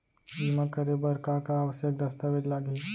बीमा करे बर का का आवश्यक दस्तावेज लागही